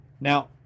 Now